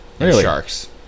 sharks